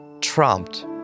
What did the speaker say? trumped